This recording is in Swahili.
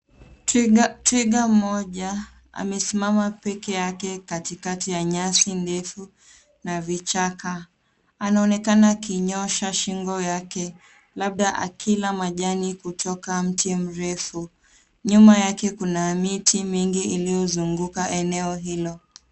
Twiga mmoja amesimama peke yake katikati ya nyasi ndefu na vichaka. Anaonekana akinyosha shingo yake labda akila majani kutoka mti mrefu. Nyuma yake kuna miti mingi iliyozunguka eneo hilo.